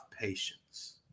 patience